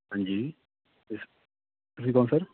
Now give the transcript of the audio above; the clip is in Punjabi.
ਹਾਂਜੀ ਤੁਸ ਤੁਸੀਂ ਕੌਣ ਸਰ